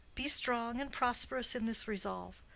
be strong and prosperous in this resolve.